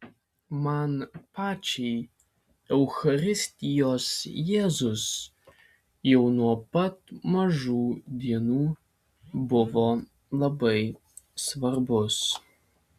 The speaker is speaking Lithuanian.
man pačiai eucharistijos jėzus jau nuo pat mažų dienų buvo labai svarbus